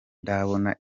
ndabona